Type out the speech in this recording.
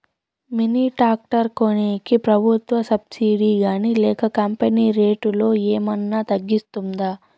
Mini tractor కొనేకి ప్రభుత్వ subsidy గాని లేక కంపెని రేటులో ఏమన్నా తగ్గిస్తుందా?